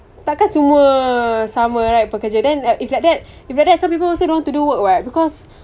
takkan semua sama right pekerja then if like that if like that some people also don't want to do work [what] because